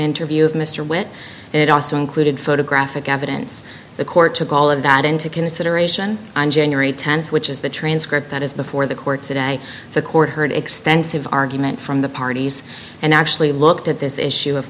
interview of mr witt and it also included photographic evidence the court took all of that into consideration on january tenth which is the transcript that is before the court today the court heard extensive argument from the parties and actually looked at this issue of